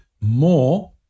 more